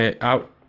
out